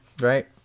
right